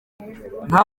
nta